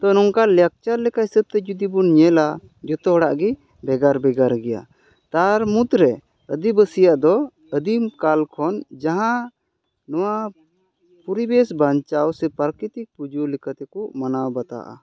ᱛᱚ ᱱᱚᱝᱠᱟᱱ ᱞᱟᱠᱪᱟᱨ ᱞᱮᱠᱟ ᱦᱤᱥᱟᱹᱵᱽ ᱛᱮ ᱡᱩᱫᱤᱵᱚᱱ ᱧᱮᱞᱟ ᱡᱚᱛᱚ ᱦᱚᱲᱟᱜ ᱜᱮ ᱵᱷᱮᱜᱟᱨ ᱵᱷᱮᱜᱟᱨ ᱜᱮᱭᱟ ᱛᱟᱨ ᱢᱩᱫᱽᱨᱮ ᱟᱹᱫᱤᱵᱟᱹᱥᱤᱭᱟᱜ ᱫᱚ ᱟᱹᱫᱤᱢᱠᱟᱞ ᱠᱷᱚᱱ ᱡᱟᱦᱟᱸ ᱱᱚᱣᱟ ᱯᱩᱨᱤᱵᱮᱥ ᱵᱟᱧᱪᱟᱣ ᱥᱮ ᱯᱟᱨᱠᱤᱛᱤᱠ ᱯᱩᱡᱳ ᱞᱮᱠᱟᱛᱮ ᱠᱚ ᱢᱟᱱᱟᱣ ᱵᱟᱛᱟᱜᱼᱟ